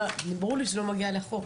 ברור לי שזה לא מגיע לחוק,